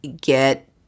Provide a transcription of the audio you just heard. get